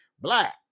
black